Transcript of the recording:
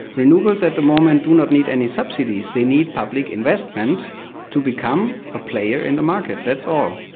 renewables at the moment do not need any subsidies, they need public investment to become a player in the market. that's all.